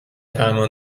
فرمان